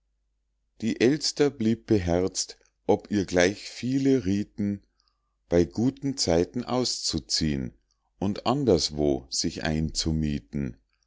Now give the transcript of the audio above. die elster blieb beherzt ob ihr gleich viele riethen bei guten zeiten auszuziehn und anderswo sich einzumiethen